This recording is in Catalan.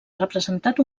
representat